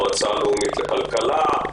המועצה הלאומית לכלכלה,